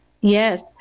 yes